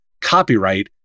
copyright